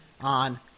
on